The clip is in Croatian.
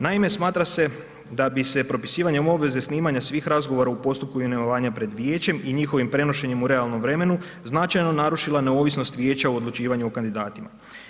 Naime, smatra se da bi se propisivanjem obveze snimanja svih razgovora u postupku imenovanja pred vijećem i njihovim prenošenjem u realnom vremenu značajno narušila neovisnost vijeća u odlučivanju o kandidatima.